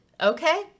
okay